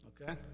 okay